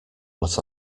what